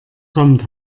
kommt